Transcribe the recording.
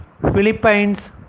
Philippines